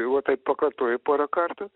va taip pakartoji porą kartų